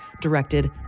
directed